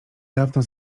dawno